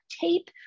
tape